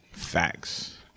facts